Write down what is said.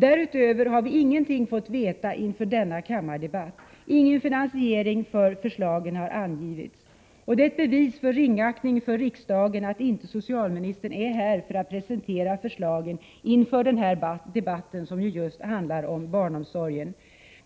Därutöver har vi ingenting fått veta inför denna kammardebatt. Ingenting har uppgivits om finansieringen av förslagen. Det är ett bevis på ringaktning för riksdagen att socialministern inte är här för att presentera förslagen i denna debatt som ju just handlar om barnomsorgen.